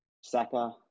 Saka